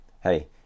Hey